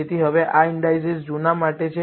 તેથી હવે આ ઈન્ડાઈસિસ જૂના ડેટા માટે છે